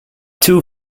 two